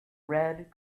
red